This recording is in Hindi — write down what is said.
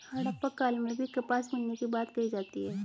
हड़प्पा काल में भी कपास मिलने की बात कही जाती है